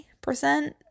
percent